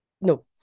No